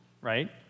right